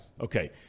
Okay